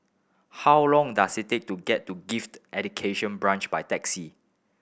how long does it take to get to Gifted Education Branch by taxi